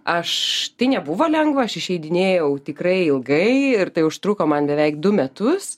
aš tai nebuvo lengva aš išeidinėjau tikrai ilgai ir tai užtruko man beveik du metus